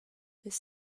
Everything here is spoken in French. les